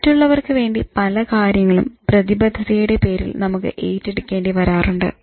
മറ്റുള്ളവർക്ക് വേണ്ടി പല കാര്യങ്ങളും പ്രതിബദ്ധതയുടെ പേരിൽ നമുക്ക് ഏറ്റെടുക്കേണ്ടി വരാറുണ്ട്